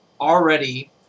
already